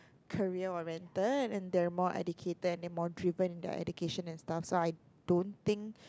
career oriented and they are more educated and then more driven in their education and stuff so I don't think